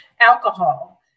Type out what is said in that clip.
alcohol